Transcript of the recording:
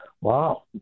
wow